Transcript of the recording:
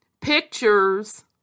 pictures